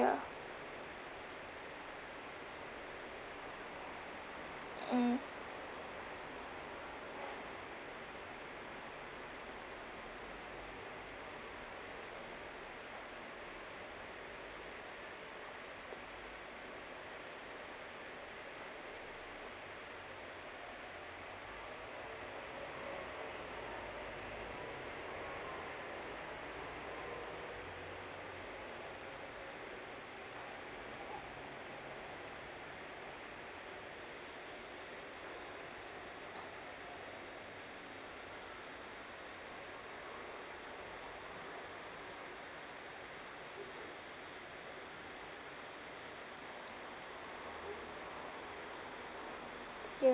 ya mm y~